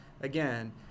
again